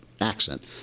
accent